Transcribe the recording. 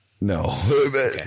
No